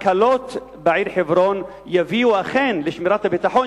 הקלות בעיר חברון יביאו אכן לשמירת הביטחון